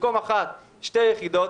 במקום 1 יהיה 2 יחידות,